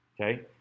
okay